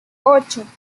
ocho